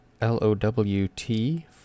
L-O-W-T